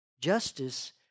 Justice